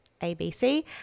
ABC